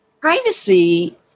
privacy